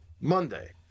Monday